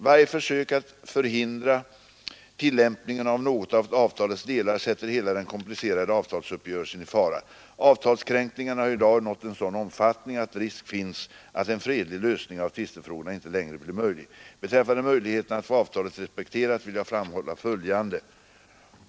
Varje försök att förhindra tillämpningen av någon av avtalets delar sätter hela den komplicerade avtalsuppgörelsen i fara. Avtalskränkningarna har i dag nått en sådan omfattning, att risk finns att en fredlig lösning av tvistefrågorna inte längre blir möjlig. Beträffande möjligheterna att få avtalet respekterat vill jag fram hålla följande.